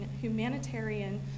humanitarian